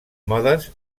modes